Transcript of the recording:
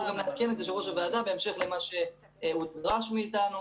ואנחנו גם נעדכן את יושב-ראש הוועדה בהמשך למה שנדרש מאתנו,